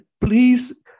please